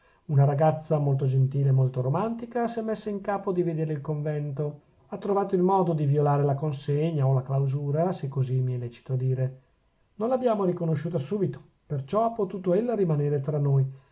una ragazza molto gentile e molto romantica s'è messa in capo di vedere il convento ha trovato il modo di violare la consegna o la clausura se così mi è lecito dire non l'abbiamo riconosciuta subito perciò ha potuto ella rimanere tra noi